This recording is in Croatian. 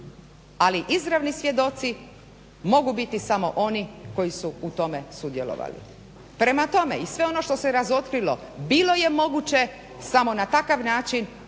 Ali izravni svjedoci mogu biti samo oni koji su u tome sudjelovali. Prema tome, i sve ono što se razotkrilo bilo je moguće samo na takav način